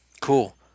cool